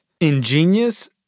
ingenious